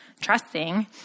trusting